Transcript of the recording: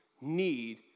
need